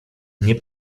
nie